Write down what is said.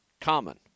common